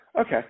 Okay